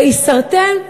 "עישרתן",